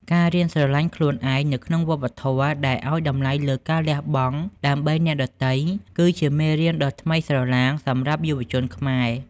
ការរៀនស្រឡាញ់ខ្លួនឯង នៅក្នុងវប្បធម៌ដែលឱ្យតម្លៃលើការលះបង់ដើម្បីអ្នកដទៃ គឺជាមេរៀនដ៏ថ្មីស្រឡាងសម្រាប់យុវជនខ្មែរ។